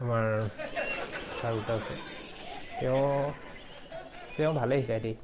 আমাৰ চাৰোটা ওচৰত তেওঁ তেওঁ ভালেই শিকাই দেই